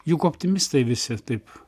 juk optimistai visi taip